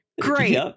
Great